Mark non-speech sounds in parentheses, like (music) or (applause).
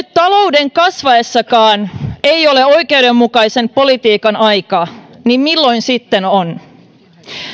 (unintelligible) talouden kasvaessakaan ei ole oikeudenmukaisen politiikan aika niin milloin sitten on